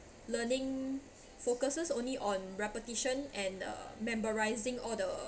learning focuses only on repetition and the memorizing all the